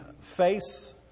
face